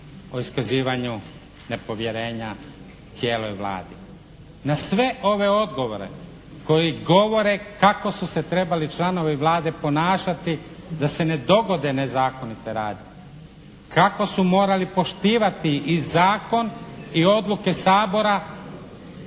o iskazivanju nepovjerenja cijeloj Vladi. Na sve ove odgovore koji govore kako su se trebali članovi Vlade ponašati da se ne dogode nezakonite radnje, kako su morali poštivati i zakon i odluke Sabora